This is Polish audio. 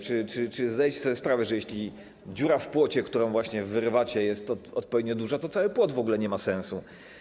Czy zdajecie sobie sprawę, że jeśli dziura w płocie, którą właśnie wyrywacie, jest odpowiednio duża, to cały płot w ogóle nie ma sensu?